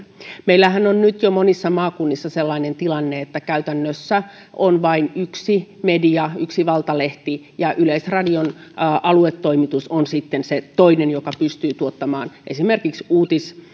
meillähän on nyt jo monissa maakunnissa sellainen tilanne että käytännössä on vain yksi media yksi valtalehti ja yleisradion aluetoimitus on sitten se toinen joka pystyy tuottamaan esimerkiksi